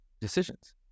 decisions